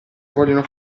vogliono